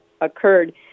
occurred